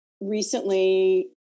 recently